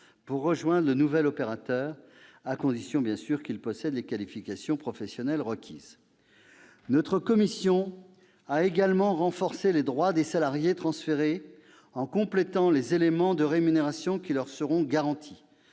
pour rejoindre le nouvel opérateur, à condition bien sûr qu'ils possèdent les qualifications professionnelles requises. Notre commission a également renforcé les droits des salariés transférés, en complétant les éléments de rémunération qui leur seront garantis,